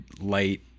light